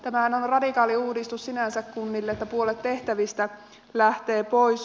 tämähän on radikaali uudistus sinänsä kunnille että puolet tehtävistä lähtee pois